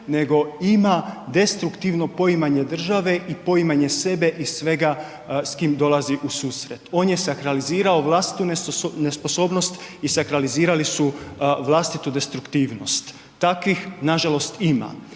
nego ima destruktivno poimanje države i poimanje sebe i svega s kim dolazi u susret, on je sakralizirao vlastitu nesposobnost i sakralizirali su vlastitu destruktivnost. Takvih nažalost ima,